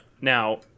Now